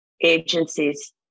agencies